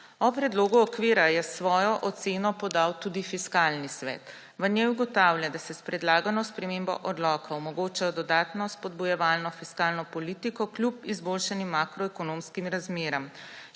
O predlogu okvira je svojo oceno podal tudi Fiskalni svet. V njej ugotavlja, da se s predlagano spremembo odloka omogoča dodatna spodbujevalna fiskalna politika kljub izboljšanim makroekonomskim razmeram.